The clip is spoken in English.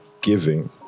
giving